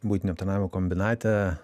buitinio aptarnavimo kombinate